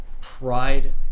Pride